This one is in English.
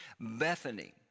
Bethany